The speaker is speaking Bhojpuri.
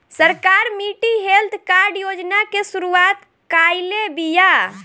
सरकार मिट्टी हेल्थ कार्ड योजना के शुरूआत काइले बिआ